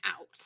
out